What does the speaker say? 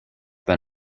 been